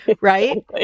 right